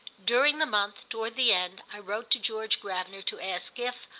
during the month, toward the end, i wrote to george gravener to ask if,